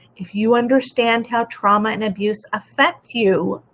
if you understand how trauma and abuse affect you,